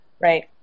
right